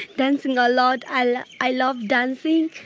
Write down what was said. dancing a lot. i love i love dancing.